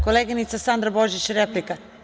Koleginica Sandra Božić, replika.